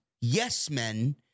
yes-men